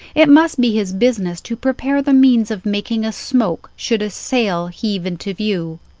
it must be his business to prepare the means of making a smoke should a sail heave into view.